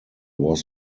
was